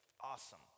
Awesome